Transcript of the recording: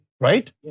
right